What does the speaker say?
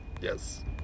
yes